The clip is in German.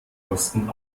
kosten